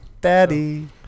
Daddy